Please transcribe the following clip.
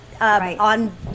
on